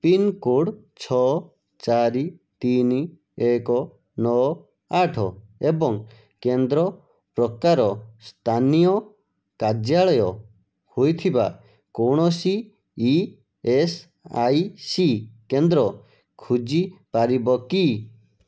pincode ଛଅ ଚାରି ତିନି ଏକ ନଅ ଆଠ ଏବଂ କେନ୍ଦ୍ର ପ୍ରକାର ସ୍ଥାନୀୟ କାର୍ଯ୍ୟାଳୟ ହୋଇଥିବା କୌଣସି ଇ ଏସ୍ ଆଇ ସି କେନ୍ଦ୍ର ଖୋଜିପାରିବ କି